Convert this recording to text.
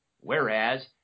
Whereas